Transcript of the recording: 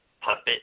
puppet